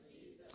Jesus